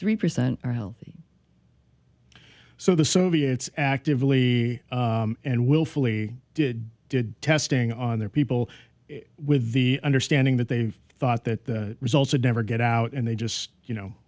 three percent are healthy so the soviets actively and willfully did did testing on their people with the understanding that they thought that the results of never get out and they just you know